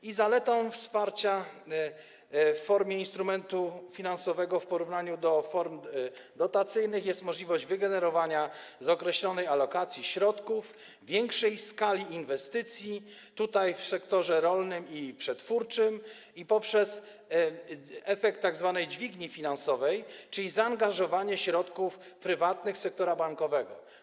I zaletą wsparcia w formie instrumentu finansowego, w porównaniu do form dotacyjnych, jest możliwość wygenerowania z określonej alokacji środków większej skali inwestycji, tutaj w sektorze rolnym i przetwórczym, poprzez efekt tzw. dźwigni finansowej, czyli zaangażowanie środków prywatnych sektora bankowego.